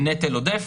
נטל עודף.